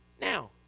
Now